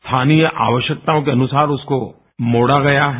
स्थानीय आवश्यकताओं के अनुसार उसको मोझ गया है